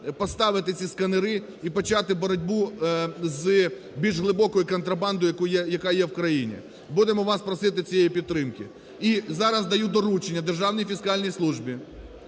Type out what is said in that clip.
поставити ці сканери і почати боротьбу з більш глибокою контрабандою, яка є в країні. Будемо вас просити цієї підтримки. І зараз даю доручення Державній фіскальній службі